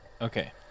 Okay